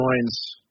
joins